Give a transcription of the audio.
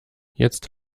jetzt